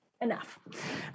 enough